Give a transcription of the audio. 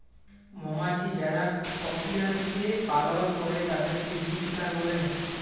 মমাছি যারা অপিয়ারীতে পালল করে তাদেরকে বী কিপার বলে